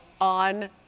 on